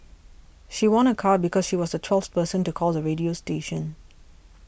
she won a car because she was the twelfth person to call the radio station